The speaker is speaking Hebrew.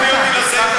תפני אותי לסעיף.